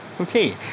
Okay